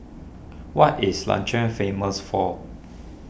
what is Liechtenstein famous for